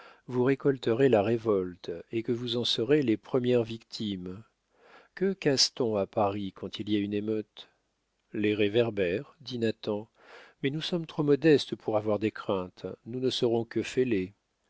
vous récolterez la révolte et que vous en serez les premières victimes que casse t on à paris quand il y a une émeute les réverbères dit nathan mais nous sommes trop modestes pour avoir des craintes nous ne serons que fêlés